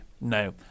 No